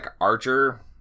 Archer